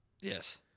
Yes